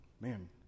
man